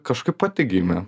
kažkaip pati gimė